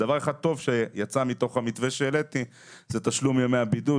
דבר אחד טוב שיצא מתוך המתווה שהעליתי זה תשלום ימי הבידוד,